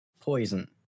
poison